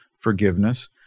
forgiveness